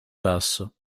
passo